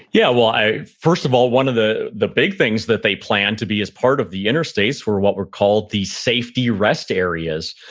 yeah, well first of all, one of the the big things that they planned to be as part of the interstates were what were called the safety rest areas,